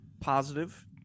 positive